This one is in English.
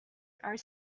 are